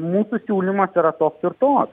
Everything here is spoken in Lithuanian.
mūsų siūlymas yra toks ir toks